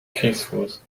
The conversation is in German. kriegsfuß